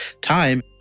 time